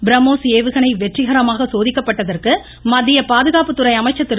பிரம்மோஸ் ஏவுகணை வெற்றிகரமாக சோதிக்கப்பட்டதற்கு மத்திய பாதுகாப்புத்துறை அமைச்சர் திரு